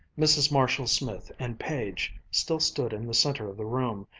mrs. marshall-smith and page still stood in the center of the room,